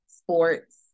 sports